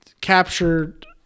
captured